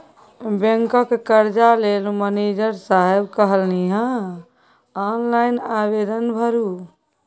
बैंकक कर्जा लेल मनिजर साहेब कहलनि अहॅँ ऑनलाइन आवेदन भरू